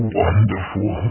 wonderful